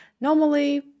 Normally